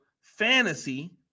fantasy